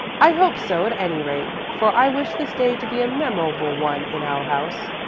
i hope so, at any rate, for i wish this day to be a memorable one in our house.